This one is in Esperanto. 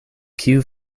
kiu